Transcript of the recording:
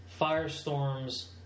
Firestorm's